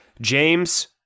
James